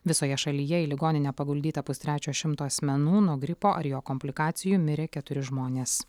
visoje šalyje į ligoninę paguldyta pustrečio šimto asmenų nuo gripo ar jo komplikacijų mirė keturi žmonės